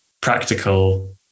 practical